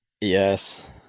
Yes